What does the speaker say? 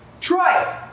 Troy